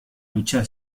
lucha